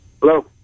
Hello